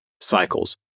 cycles